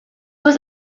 was